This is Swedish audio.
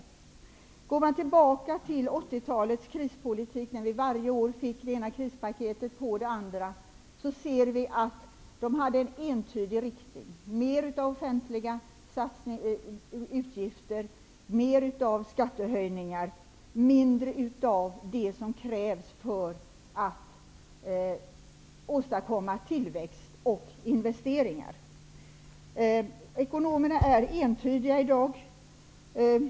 Om man ser tillbaka på 1980-talets krispolitik, då varje år det ena krispaketet efter det andra kom, ser vi att inriktningen var entydig, nämligen mot mer av offentliga utgifter och mer av skattehöjningar, och mindre av det som krävs för att åtstadkomma tillväxt och investeringar. Ekonomerna är entydiga i dag.